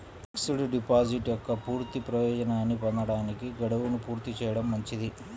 fixed deposit యొక్క పూర్తి ప్రయోజనాన్ని పొందడానికి, గడువును పూర్తి చేయడం మంచిది